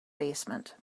basement